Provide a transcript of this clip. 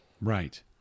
Right